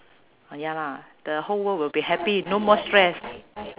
uh ya lah the whole world will be happy no more stress